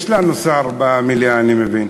יש לנו שר במליאה אני מבין,